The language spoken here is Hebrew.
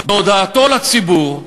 בהודעתו לציבור,